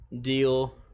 deal